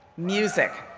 music.